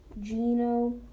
Gino